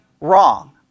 wrong